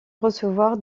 recevoir